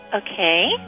Okay